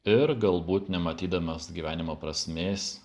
ir galbūt nematydamas gyvenimo prasmės